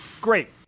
Great